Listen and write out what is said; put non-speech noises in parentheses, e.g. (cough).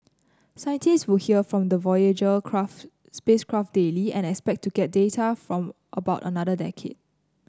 scientists still hear from the Voyager (unintelligible) spacecraft daily and expect to get data for about another decade